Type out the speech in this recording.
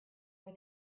were